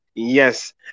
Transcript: Yes